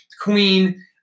queen